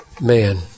man